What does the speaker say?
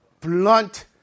blunt